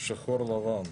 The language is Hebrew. שחור על גבי לבן.